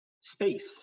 space